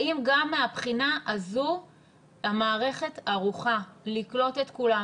האם גם מהבחינה הזו המערכת ערוכה לקלוט את כולם,